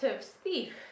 thief